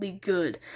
good